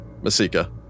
Masika